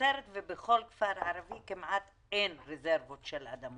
בנצרת ובכל כפר ערבי אין כמעט רזרבות של אדמות.